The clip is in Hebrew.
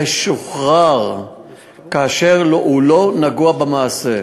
ושוחרר כאשר הוא לא נגוע במעשה.